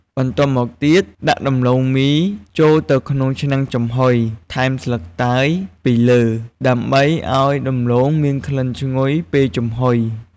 បន្ទាប់មកទៀត ដាក់ដំឡូងមីចូលទៅក្នុងឆ្នាំងចំហុយ ថែមស្លឹកតើយពីលើ ដើម្បីឲ្យដំឡូងមានក្លិនឈ្ងុយ ពេលចំហុយ។